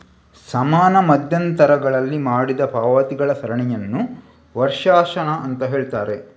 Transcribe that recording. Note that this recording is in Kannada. ಸಮಾನ ಮಧ್ಯಂತರಗಳಲ್ಲಿ ಮಾಡಿದ ಪಾವತಿಗಳ ಸರಣಿಯನ್ನ ವರ್ಷಾಶನ ಅಂತ ಹೇಳ್ತಾರೆ